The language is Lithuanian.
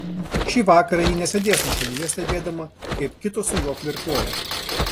šį vakarą ji nesėdės nuošalyje stebėdama kaip kitos su juo flirtuoja